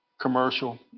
commercial